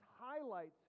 highlights